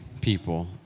people